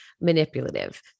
manipulative